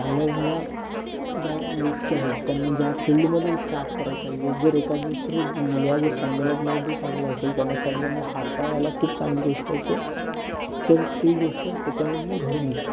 चांगल्या चांगल्या ज्या गोष्टी आहेत त्यांना ज्या फील्डमध्ये काम करायचं आहे जे जर एखाद दुसरं मुलगा जर संगणकमध्ये चांगला असेल त्यांना संगणक हाताळायला खूप चांगली गोष्ट असेल तर ती गोष्ट त्याच्यामधनं घडून येते